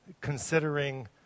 considering